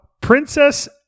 Princess